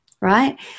right